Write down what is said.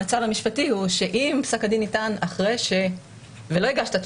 המצב המשפטי הוא שאם פסק הדין ניתן ולא הגשת תביעה,